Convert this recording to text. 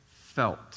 felt